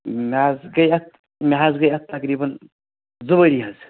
مےٚ حظ گٔے اَتھ مےٚ حظ گٔے اَتھ تقریٖباً زٕ ؤری حظ